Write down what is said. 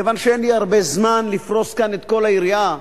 כיוון שאין לי הרבה זמן לפרוס כאן את כל היריעה,